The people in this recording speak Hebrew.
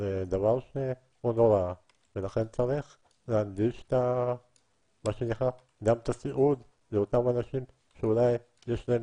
ולכן צריך להנגיש גם את הסיעוד לאותם אנשים שיש להם